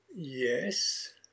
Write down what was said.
yes